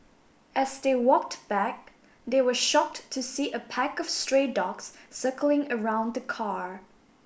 as they walked back they were shocked to see a pack of stray dogs circling around the car